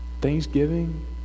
Thanksgiving